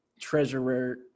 Treasurer